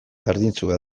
berdintsua